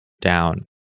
down